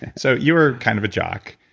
so you were kind of a jock.